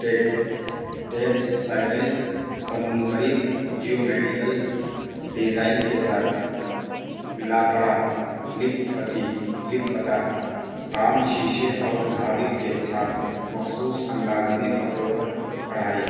ٹیک textile اور منفرد geometrical design کے ساتھ لاقڑا لکھپتی لکھپتا کام شیشے اور دھاگے کے ساتھ مخصوص انداز میں کپڑوں پر کڑھائی